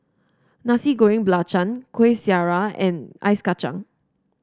Nasi Goreng Belacan Kueh Syara and Ice Kacang